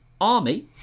army